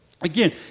again